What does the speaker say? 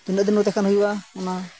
ᱛᱤᱱᱟᱹᱜ ᱫᱤᱱ ᱠᱚᱛᱮ ᱠᱷᱟᱱ ᱦᱩᱭᱩᱜᱼᱟ ᱚᱱᱟ